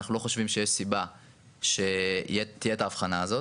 אנחנו לא חושבים שיש סיבה שתהיה את ההבחנה הזאת,